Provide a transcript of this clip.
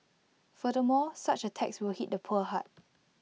furthermore such A tax will hit the poor hard